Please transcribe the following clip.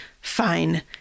Fine